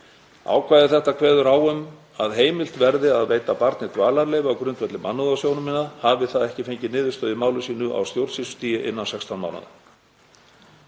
Ákvæði þetta kveður á um að heimilt verði að veita barni dvalarleyfi á grundvelli mannúðarsjónarmiða hafi það ekki fengið niðurstöðu í máli sínu á stjórnsýslustigi innan 16 mánaða.